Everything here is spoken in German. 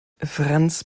franz